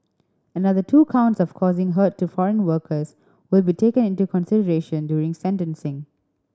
another two counts of causing hurt to foreign workers will be taken into consideration during sentencing